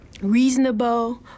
reasonable